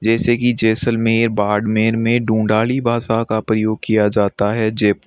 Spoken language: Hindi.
जैसे कि जैसलमेर बाड़मेर में ढूंढाड़ी भाषा का प्रयोग किया जाता है जयपुर